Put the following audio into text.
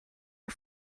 are